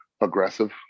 aggressive